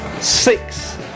six